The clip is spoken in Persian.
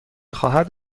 خواهد